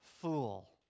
Fool